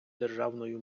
державною